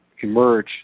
emerge